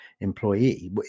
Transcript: employee